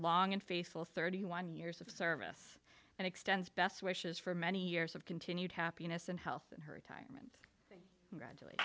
long and faithful thirty one years of service and extends best wishes for many years of continued happiness and health in her to gradually